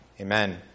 Amen